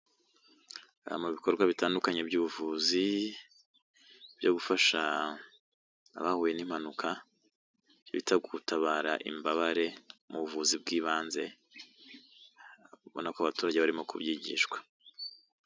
Aha mu bikorwa bitandukanye by'ubuvuzi, byo gufasha abahuye n'impanuka. Bita gutabara imbabare mu buvuzi bw'ibanze. Ubona ko abaturage barimo kubyigishwa.